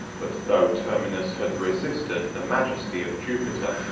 but though terminus had resisted the majesty of jupiter,